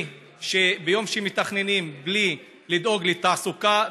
מתכננים בלי לדאוג לתעסוקה,